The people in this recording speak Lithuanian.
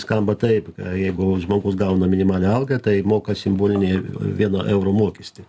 skamba taip jeigu žmogus gauna minimalią algą tai moka simbolinį vieno eurų mokestį